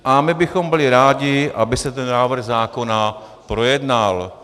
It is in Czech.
A my bychom byli rádi, aby se ten návrh zákona projednal.